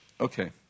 Okay